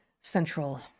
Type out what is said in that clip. central